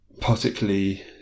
particularly